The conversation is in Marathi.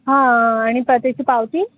हा आणि प्रतिची पावती